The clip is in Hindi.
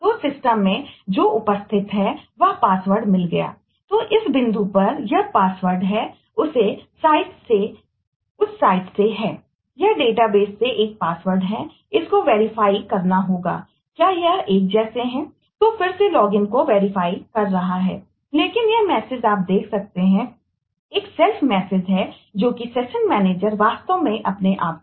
तो सिस्टम को